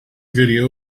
video